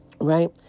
Right